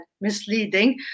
misleading